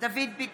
דוד ביטן,